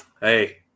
Hey